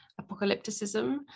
apocalypticism